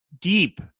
deep